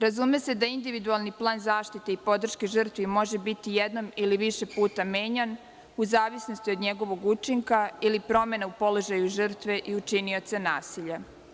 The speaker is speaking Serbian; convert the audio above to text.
Razume se da individualni plan zaštite i podrške žrtvi može biti jedan ili više puta menjan u zavisnosti od njegovog učinka ili promena u položaju žrtve i učinioca nasilja.